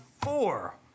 four